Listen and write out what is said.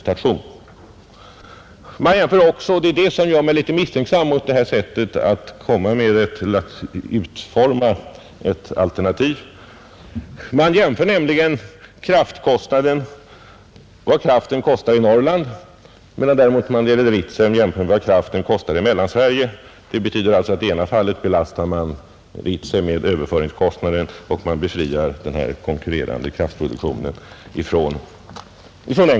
Man anger också — och det är det som gör mig litet misstänksam — i det här alternativet vad kraften kostar för förbrukning i Norrland, medan man när det gäller Ritsem anger vad kraften kostar i Mellansverige. Det betyder att man belastar Ritsem med överföringskostnader, medan man befriar den konkurrerande kraftproduktionen från dessa kostnader.